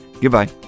Goodbye